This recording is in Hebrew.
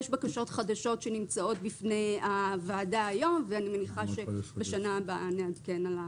יש בקשות חדשות שנמצאות בפני הוועדה היום ואני מניחה שבשנה הבאה נעדכן.